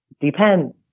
depends